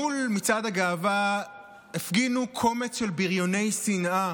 מול מצעד הגאווה הפגינו קומץ של בריוני שנאה,